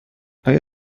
آیا